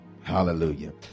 Hallelujah